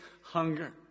hunger